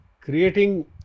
creating